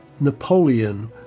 Napoleon